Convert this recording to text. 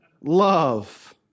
love